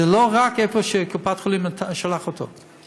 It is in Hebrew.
ולא רק במקום שקופת-החולים שולחת אותו.